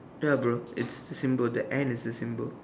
ya bro it's a symbol the and is a symbol